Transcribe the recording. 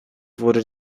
wurde